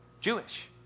Jewish